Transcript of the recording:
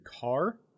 car